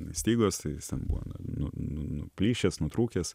stygos tai jis ten buvo nu nu nuplyšęs nutrūkęs